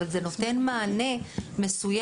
אבל זה נותן מענה מסוים,